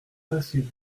facile